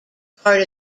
part